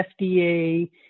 FDA